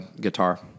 guitar